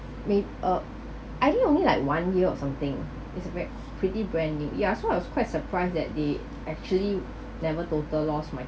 wait ah I think only like one year or something is ve~ pretty brand new yeah so I was quite surprised that they actually never total loss my